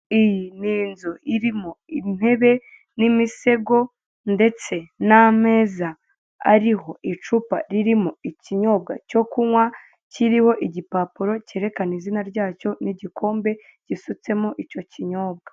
Ni inzu irimo intebe n'imisego ndetse n'ameza ariho icupa ririmo ikinyobwa cyo kunywa ririho igipapuro kerekana izina ryacyo n'igikombe gisutsemo icyo kinyobwa.